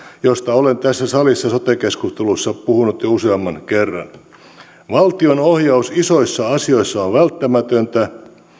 josta olen tässä salissa sote keskustelussa puhunut jo useamman kerran valtionohjaus isoissa asioissa on välttämätöntä